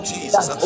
Jesus